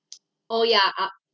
oh ya uh